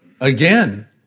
again